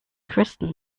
kristen